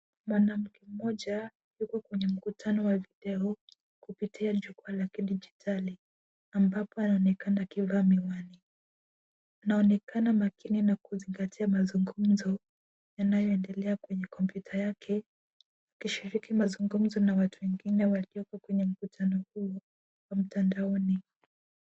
Mwanamke mmoja yuko kwenye mkutano kupitia jukwaa la kidijitali ambapo anaonekana akivaa miwani. Anaonekana makini na kuzingatia mazungumzo yanayoendelea kwenye kompyuta yake, akishiriki mazungumzo na watu wengine walioko kwenye mkutano huu wa mtandaoni.